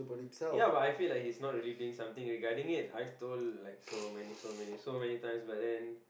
ya but I feel like he's not really doing something regarding it I've told like so many so many so many times but then